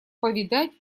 повидать